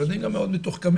ילדים גם מאוד מתוחכמים,